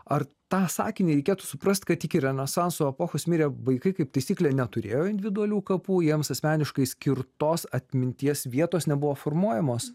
ar tą sakinį reikėtų suprasti kad iki renesanso epochos mirę vaikai kaip taisyklė neturėjo individualių kapų jiems asmeniškai skirtos atminties vietos nebuvo formuojamos